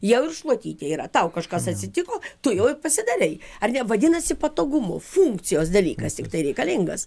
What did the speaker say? jau ir šluotytė yra tau kažkas atsitiko tu jau ir pasidarei ar ne vadinasi patogumu funkcijos dalykas tiktai reikalingas